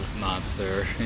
monster